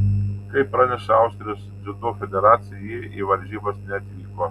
kaip praneša austrijos dziudo federacija ji į varžybas neatvyko